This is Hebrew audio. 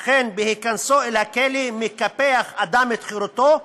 אכן, בהיכנסו אל הכלא מקפח אדם את חירותו,